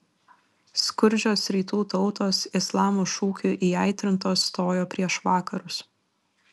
skurdžios rytų tautos islamo šūkių įaitrintos stojo prieš vakarus